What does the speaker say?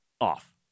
off